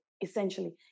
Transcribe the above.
essentially